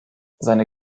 seine